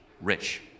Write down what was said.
rich